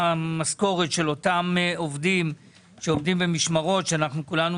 המשכורת של אותם עובדים שעובדים במשמרות וכולנו